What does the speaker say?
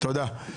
תודה.